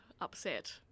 upset